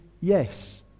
yes